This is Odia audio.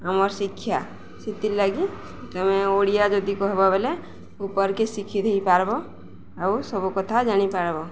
ଆମର୍ ଶିକ୍ଷା ସେଥିର୍ଲାଗି ଆମେ ଓଡ଼ିଆ ଯଦି କହେବ ବେଲେ ଉପର୍କେ ଶିକ୍ଷିତ୍ ହେଇପାର୍ବ ଆଉ ସବୁ କଥା ଜାଣିପାର୍ବ